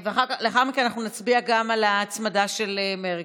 לאחר מכן אנחנו נצביע גם על ההצמדה של מרגי.